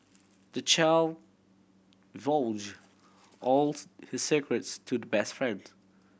the child all his secrets to the best friends